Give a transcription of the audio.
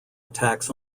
attacks